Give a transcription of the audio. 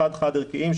חד חד ערכיים,